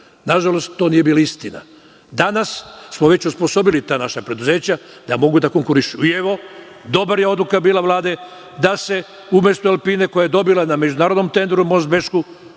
Nažalost, to nije bila istina. Danas smo već osposobili ta naša preduzeća da mogu da konkurišu. Dobra je odluka bila Vlada da se umesto „Alpine“, koja je dobila na međunarodnom tenderu most Bešku,